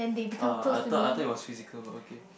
uh I thought I thought it was physical but okay